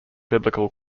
biblical